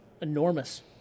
Enormous